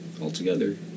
altogether